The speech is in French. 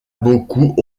beaucoup